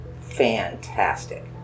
Fantastic